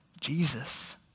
Jesus